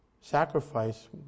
sacrifice